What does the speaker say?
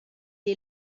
est